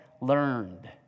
learned